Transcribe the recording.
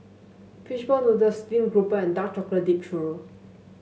fish ball noodles stream grouper and Dark Chocolate Dipped Churro